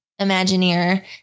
Imagineer